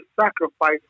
sacrifice